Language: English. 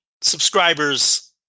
subscribers